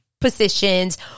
positions